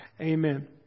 Amen